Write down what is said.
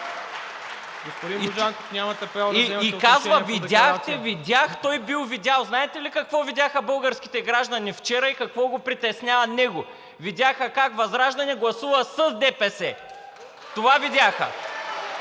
…и казва: „Видях и видях“ – той бил видял. Знаете ли какво видяха българските граждани вчера и какво го притеснява него? Видяха как ВЪЗРАЖДАНЕ гласува с ДПС! (Шум и